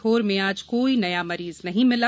सीहोर में आज कोई नया मरीज नहीं मिला